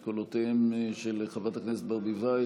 את קולותיהם של חברת הכנסת ברביבאי,